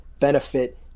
benefit